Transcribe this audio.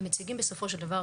הם מציגים בסופו של דבר,